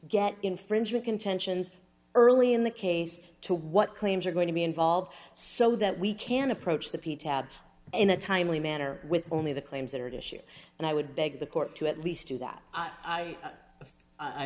get infringement contentions early in the case to what claims are going to be involved so that we can approach the p tab in a timely manner with only the claims that are issue and i would beg the court to at least do that i